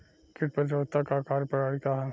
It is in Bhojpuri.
कीट प्रतिरोधकता क कार्य प्रणाली का ह?